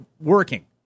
working